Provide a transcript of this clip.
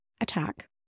attack